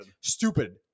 stupid